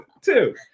two